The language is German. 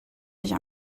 nicht